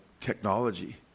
technology